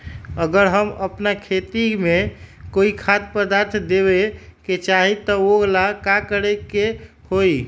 अगर हम अपना खेती में कोइ खाद्य पदार्थ देबे के चाही त वो ला का करे के होई?